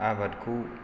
आबादखौ